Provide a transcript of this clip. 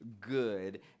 good